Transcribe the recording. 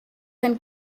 and